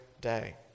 day